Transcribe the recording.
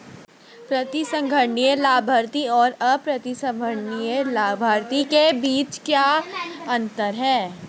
प्रतिसंहरणीय लाभार्थी और अप्रतिसंहरणीय लाभार्थी के बीच क्या अंतर है?